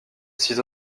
six